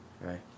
Right